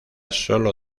sólo